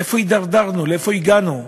איפה הידרדרנו, לאיפה הגענו?